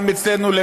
גם אצלנו,